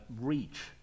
reach